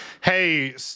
hey